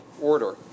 order